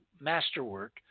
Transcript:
masterwork